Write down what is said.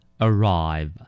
arrive